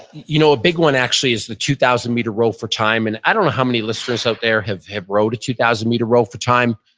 you know a big one actually is the two thousand meter row for time. and i don't know how many listeners out there have have rowed a two thousand meter row for time,